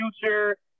future